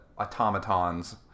Automatons